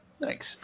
Thanks